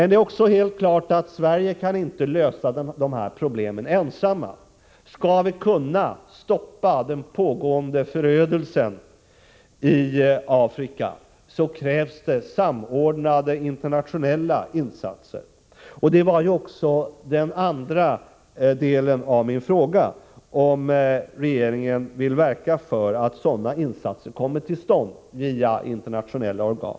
Det är också helt klart att Sverige inte ensamt kan lösa dessa problem. Skall vi kunna stoppa den pågående förödelsen i Afrika krävs det samordnade internationella insatser. I den andra delen av min fråga tog jag också upp detta, dvs. om regeringen vill verka för att sådana insatser kommer till stånd via internationella organ.